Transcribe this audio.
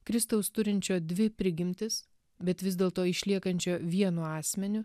kristaus turinčio dvi prigimtis bet vis dėlto išliekančio vienu asmeniu